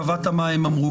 קבעת מה הם אמרו.